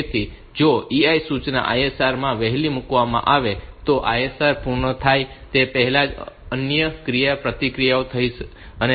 તેથી જો EI સૂચના ISR માં વહેલી મૂકવામાં આવે તો ISR પૂર્ણ થાય તે પહેલાં અન્ય ક્રિયાપ્રતિક્રિયાઓ થઈ શકે છે